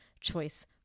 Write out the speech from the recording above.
choice